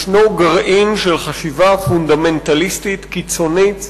יש גרעין של חשיבה פונדמנטליסטית קיצונית,